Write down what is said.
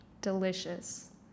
Delicious